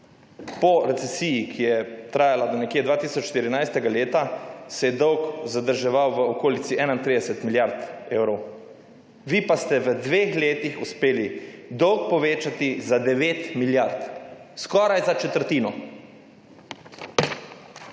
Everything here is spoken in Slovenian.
Po recesiji, ki je trajala do nekje leta 2014, se je dolg zadrževal v okolici 31 milijard evrov. Vi pa ste v dveh letih uspeli dolg povečati za 9 milijard, skoraj za četrtino.